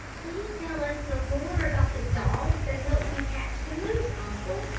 please tell us some more about the dogs that helped you catch the moose, uncle,